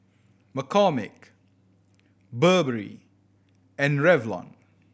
McCormick Burberry and Revlon